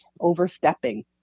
overstepping